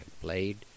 played